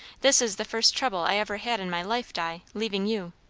this is the first trouble i ever had in my life, di, leaving you.